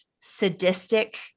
sadistic